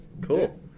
Cool